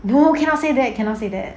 oh cannot say that you cannot say that